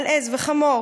על עז וחמור.